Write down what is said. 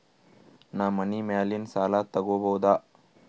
ನಾ ಮನಿ ಮ್ಯಾಲಿನ ಸಾಲ ತಗೋಬಹುದಾ?